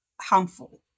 harmful